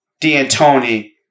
D'Antoni